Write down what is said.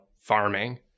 farming